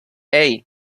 hey